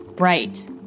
Right